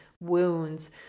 wounds